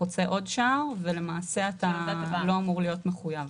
לחצות עוד שער ולמעשה אתה לא אמור להיות מחויב.